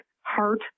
heart